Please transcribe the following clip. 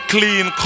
Clean